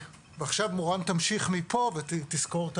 מורן תמשיך מפה ותסקור את